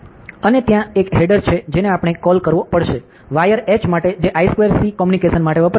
અને ત્યાં એક હેડર છે જેને આપણે કોલ કરવો પડશે વાયર h માટે જે I2C કોમ્યુનિકેશન માટે વપરાય છે